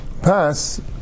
pass